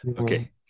Okay